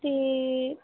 ਅਤੇ